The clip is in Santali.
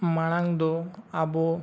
ᱢᱟᱲᱟᱝ ᱫᱚ ᱟᱵᱚ